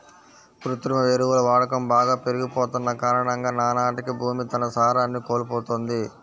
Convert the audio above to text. కృత్రిమ ఎరువుల వాడకం బాగా పెరిగిపోతన్న కారణంగా నానాటికీ భూమి తన సారాన్ని కోల్పోతంది